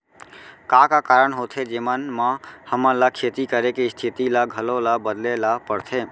का का कारण होथे जेमन मा हमन ला खेती करे के स्तिथि ला घलो ला बदले ला पड़थे?